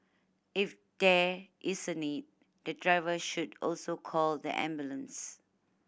if there is a need the driver should also call the ambulance